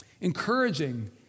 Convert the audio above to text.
encouraging